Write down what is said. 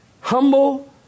Humble